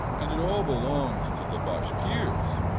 and it all belongs to the bashkirs.